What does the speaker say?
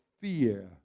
fear